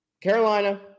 carolina